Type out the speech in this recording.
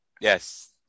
yes